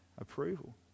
approval